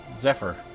Zephyr